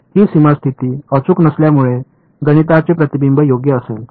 ही सीमा स्थिती अचूक नसल्यामुळे गणिताचे प्रतिबिंब योग्य असेल